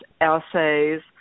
essays